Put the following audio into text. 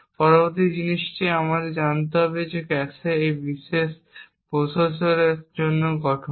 পরবর্তী জিনিসটি আমাদের জানতে হবে ক্যাশে এই বিশেষ প্রসেসরের জন্য গঠন